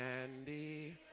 Andy